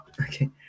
Okay